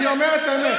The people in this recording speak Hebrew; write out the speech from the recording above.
אני אומר את האמת.